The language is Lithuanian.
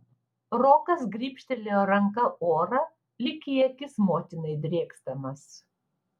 rokas grybštelėjo ranka orą lyg į akis motinai drėksdamas